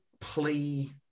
plea